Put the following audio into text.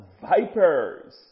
vipers